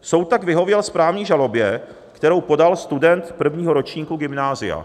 Soud tak vyhověl správní žalobě, kterou podal student prvního ročníku gymnázia.